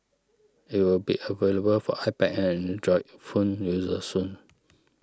it will be available for iPad and Android phone users soon